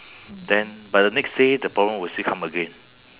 then but the next day the problem will still come again